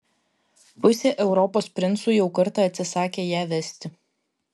pusė europos princų jau kartą atsisakė ją vesti